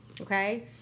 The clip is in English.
okay